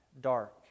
dark